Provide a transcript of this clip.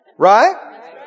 Right